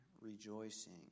rejoicing